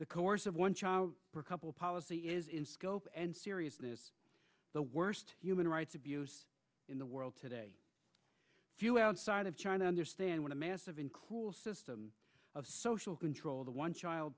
the course of one child per couple policy is in scope and seriousness the worst human rights abuse in the world today few outside of china understand what a massive in course system of social control the one child